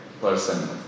person